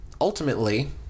Ultimately